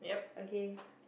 okay